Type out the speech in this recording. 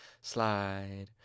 Slide